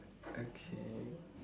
okay